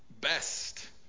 best